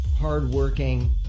hardworking